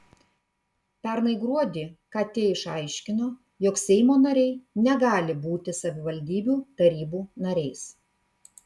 pernai gruodį kt išaiškino jog seimo nariai negali būti savivaldybių tarybų nariais